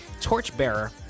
torchbearer